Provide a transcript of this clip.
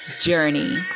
journey